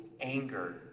anger